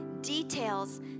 details